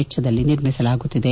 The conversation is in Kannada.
ವೆಚ್ವದಲ್ಲಿ ನಿರ್ಮಿಸಲಾಗುತ್ತಿದೆ